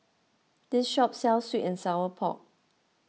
this shop sells Sweet and Sour Pork